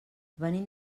venim